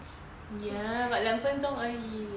ya but 两分钟而已